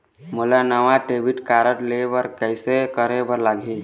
मोला नावा debit card लेबर हे, कइसे करे बर लगही?